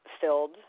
filled